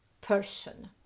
person